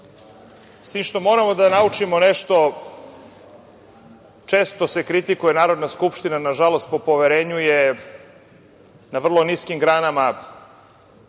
s tim što moramo da naučimo nešto, često se kritikuje Narodna skupština, nažalost po poverenju je na vrlo niskim granama.